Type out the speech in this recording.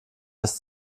das